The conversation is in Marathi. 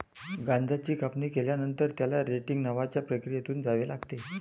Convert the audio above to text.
गांजाची कापणी केल्यानंतर, त्याला रेटिंग नावाच्या प्रक्रियेतून जावे लागते